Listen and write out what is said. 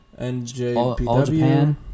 NJPW